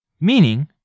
Meaning